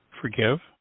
Forgive